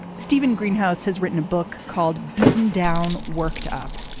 steven greenhouse has written a book called beaten down worked up.